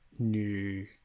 new